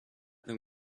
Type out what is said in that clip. them